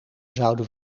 zouden